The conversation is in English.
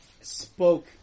spoke